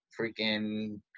freaking